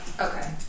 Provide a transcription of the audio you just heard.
Okay